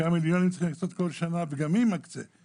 כמה מיליונים צריך להקצות וגם מי מקצה.